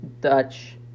Dutch